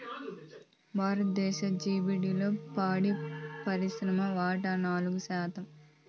భారతదేశ జిడిపిలో పాడి పరిశ్రమ వాటా నాలుగు శాతం